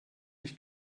mich